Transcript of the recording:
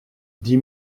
dix